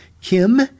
Kim